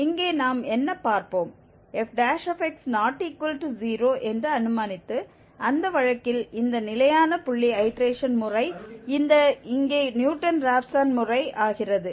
f≠0 என்று அனுமானித்து அந்த வழக்கில் இந்த நிலையான புள்ளி ஐடேரேஷன் முறை இந்த இங்கே நியூட்டன் ராப்சன் முறை ஆகிறது